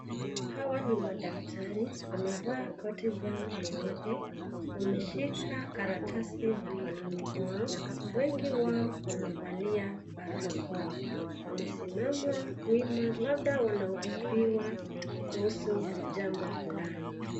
Hawa ni madaktari. Wamevaa koti zao nyeupe. Wameshika karatasi mikononi mwao. Wengi wao wamevalia barakoa. Wamesimama wima labda wanahutubiwa kuhusu jambo fulani.